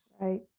Right